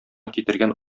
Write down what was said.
китергән